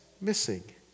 Missing